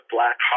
Black